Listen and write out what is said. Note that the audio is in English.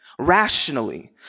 Rationally